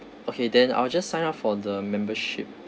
okay then I'll just sign up for the membership